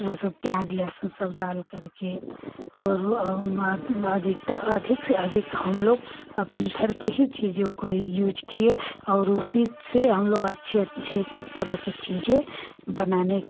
वह सब प्याज लहसुन सब डाल करके और अधिकतर अधिक से अधिक हमलोग अपने घर की ही चीज़ों का यूज़ किए और उसी से हमलोग अच्छी अच्छी तरह की चीज़ें बनाने को